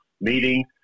meeting